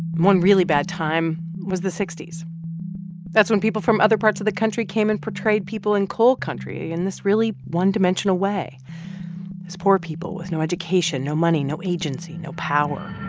one really bad time was the that's when people from other parts of the country came and portrayed people in coal country in this really one-dimensional way as poor people with no education, no money, no agency, no power